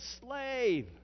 slave